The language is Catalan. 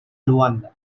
luanda